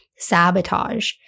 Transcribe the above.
sabotage